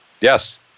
Yes